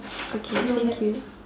okay thank you